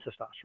testosterone